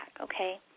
okay